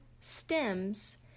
stems